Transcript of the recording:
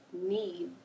need